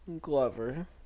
Glover